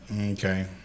okay